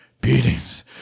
Beatings